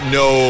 no